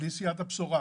אל מול כנסיית הבשורה.